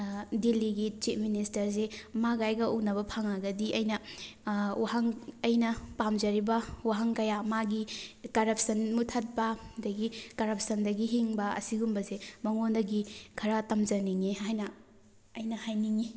ꯗꯤꯜꯂꯤꯒꯤ ꯆꯤꯞ ꯃꯤꯅꯤꯁꯇꯔꯁꯤ ꯃꯥꯒ ꯑꯩꯒ ꯎꯅꯕ ꯐꯪꯉꯒꯗꯤ ꯑꯩꯅ ꯋꯥꯍꯪ ꯑꯩꯅ ꯄꯥꯝꯖꯔꯤꯕ ꯋꯥꯍꯪ ꯀꯌꯥ ꯃꯥꯒꯤ ꯀꯔꯞꯁꯟ ꯃꯨꯠꯊꯠꯄ ꯑꯗꯒꯤ ꯀꯔꯞꯁꯟꯗꯒꯤ ꯍꯤꯡꯕ ꯑꯁꯤꯒꯨꯝꯕꯁꯤ ꯃꯉꯣꯟꯗꯒꯤ ꯈꯔ ꯇꯝꯖꯅꯤꯡꯉꯤ ꯍꯥꯏꯅ ꯑꯩꯅ ꯍꯥꯏꯅꯤꯡꯉꯤ